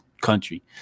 country